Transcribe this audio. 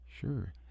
Sure